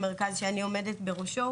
שאני עומדת בראשו,